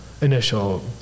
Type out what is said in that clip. initial